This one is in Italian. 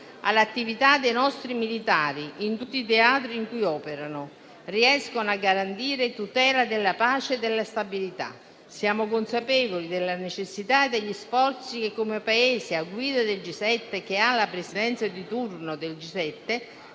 all'attività dei nostri militari in tutti i teatri in cui operano, riesce a garantire la tutela della pace e della stabilità. Siamo consapevoli della necessità degli sforzi che, come Paese a guida del G7 (che ha la presidenza di turno del G7),